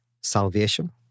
salvation